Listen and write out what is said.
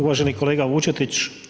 Uvaženi kolega Vučetić.